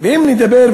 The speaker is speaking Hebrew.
ואם נדבר,